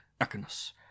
echinus